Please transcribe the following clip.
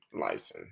license